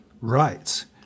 right